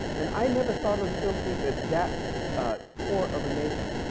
and i never thought of the philippines as that poor of a nation.